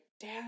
Dad